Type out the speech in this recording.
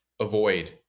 avoid